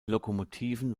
lokomotiven